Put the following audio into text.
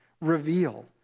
reveal